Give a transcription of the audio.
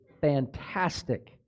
fantastic